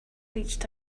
reached